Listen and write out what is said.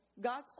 God's